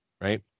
Right